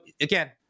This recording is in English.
again